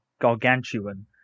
gargantuan